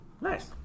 Nice